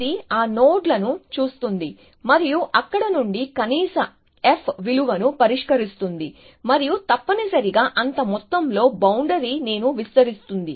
ఇది ఆ నోడ్లను చూస్తుంది మరియు అక్కడ నుండి కనీస f విలువను పరిష్కరిస్తుంది మరియు తప్పనిసరిగా అంత మొత్తంలో బౌండరీ నిను విస్తరిస్తుంది